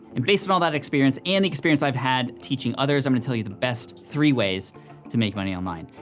and based on all that experience, and the experience i've had teaching others, i'm gonna tell you the best three ways to make money online.